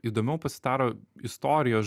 įdomiau pasidaro istorijos